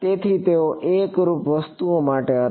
તેથી તેઓ એકરૂપ વસ્તુઓ માટે હતા